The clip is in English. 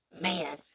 man